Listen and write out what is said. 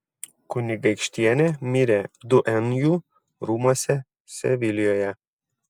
kunigaikštienė mirė duenjų rūmuose sevilijoje